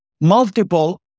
multiple